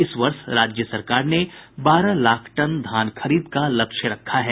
इस वर्ष राज्य सरकार ने बारह लाख टन धान खरीद का लक्ष्य रखा है